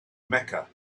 mecca